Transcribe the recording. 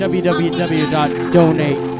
www.donate